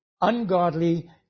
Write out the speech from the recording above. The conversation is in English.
ungodly